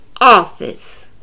office